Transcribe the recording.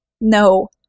No